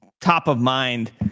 top-of-mind